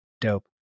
dope